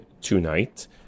tonight